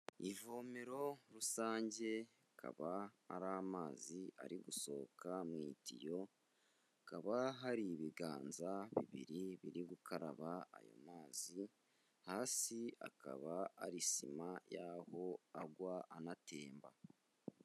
Ivomero rusange akaba ari amazi ari gusohoka mu itiyo, hakaba hari ibiganza bibiri biri gukaraba ayo mazi, hasi akaba ari sima y'aho agwa anatemba.